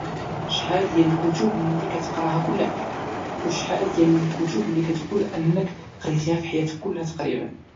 شحال ديال الكتب اللي كتقراها كل عام وشحال ديال الكتب اللي كتقول انك قريتيها في حياتك كلها تقريبا؟